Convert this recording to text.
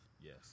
Yes